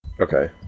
Okay